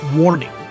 Warning